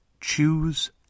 Choose